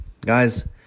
Guys